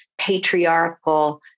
patriarchal